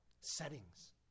settings